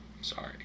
Sorry